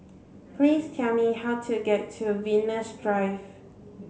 please tell me how to get to Venus Drive